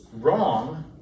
wrong